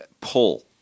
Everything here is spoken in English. pull